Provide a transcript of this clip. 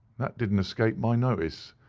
that didn't escape my notice.